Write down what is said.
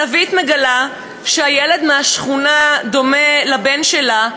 ונוית מגלה שילד מהשכונה דומה לבן שלה,